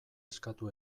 eskatu